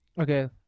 Okay